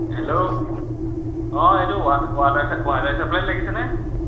hello অঁ এইটো ৱাট ৱাটাৰ্ছে ৱাটাৰ ছাপ্লাইত লাগিছেনে